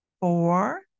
four